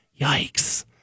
Yikes